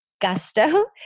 gusto